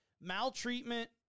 Maltreatment